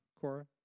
Cora